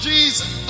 Jesus